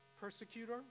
persecutor